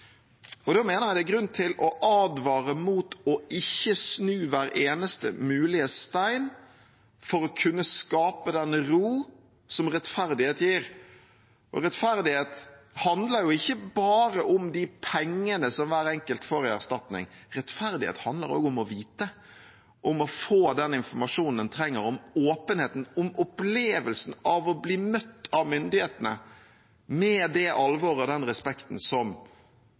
Da mener jeg det er grunn til å advare mot ikke å snu hver eneste mulige stein for å kunne skape den ro som rettferdighet gir. Rettferdighet handler ikke bare om de pengene som hver enkelt får i erstatning. Rettferdighet handler også om å vite, om å få den informasjonen en trenger, om åpenheten og om opplevelsen av å bli møtt av myndighetene med det alvoret og den respekten som